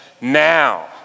now